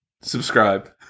Subscribe